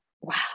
wow